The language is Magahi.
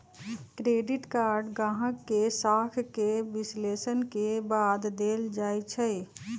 क्रेडिट कार्ड गाहक के साख के विश्लेषण के बाद देल जाइ छइ